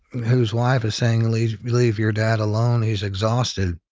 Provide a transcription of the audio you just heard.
whose wife is saying, leave leave your dad alone, he's exhausted.